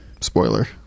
spoiler